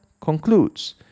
concludes